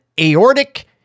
aortic